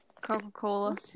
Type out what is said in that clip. Coca-Cola